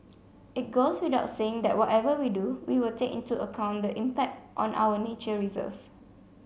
it goes without saying that whatever we do we will take into account the impact on our nature reserves